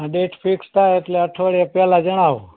date fix થાય એટલે અઠવાડિયા પહેલાં જણાવો